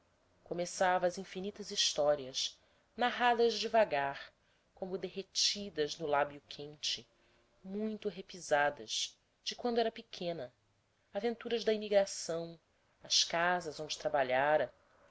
começava as infinitas histórias narradas devagar como derretidas no lábio quente muito repisadas de quando era pequena aventuras da imigração as casas onde trabalhara